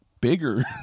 bigger